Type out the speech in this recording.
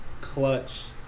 clutch